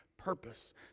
purpose